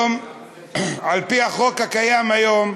על-פי החוק הקיים היום,